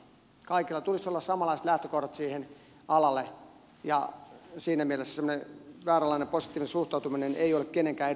kaikilla tulisi olla samanlaiset lähtökohdat sille alalle ja siinä mielessä semmoinen vääränlainen positiivinen suhtautuminen ei ole kenenkään edun mukaista